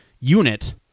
unit